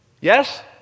Yes